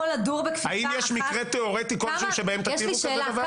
האם יש מקרה תיאורטי כלשהו שבהם תתירו כזה דבר?